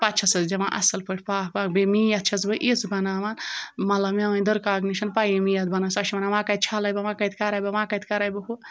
پَتہٕ چھَسَس دِوان اَصٕل پٲٹھۍ پاکھ واکھ بیٚیہِ میٚتھ چھٮ۪س بہٕ یِژھ بَناوَن مطلب میٛٲنۍ درکاکَنہِ چھَنہٕ پَییی میٚتھ بَناوٕنۍ سۄ چھِ وَنان وۄنۍ کَتہِ چھَلے بہٕ وۄنۍ کَتہِ کَرَے بہٕ وۄنۍ کَتہِ کَرَے بہٕ ہُہ